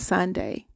Sunday